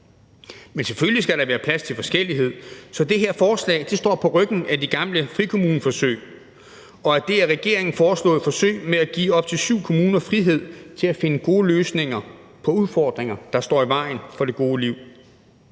Men selvfølgelig skal der være plads til forskellighed, så det her forslag står på ryggen af de gamle frikommuneforsøg og det af regeringen foreslåede forsøg med at give op til syv kommuner frihed til at finde gode løsninger på udfordringer, der står i vejen for det gode liv.